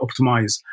optimize